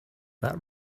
that